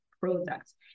products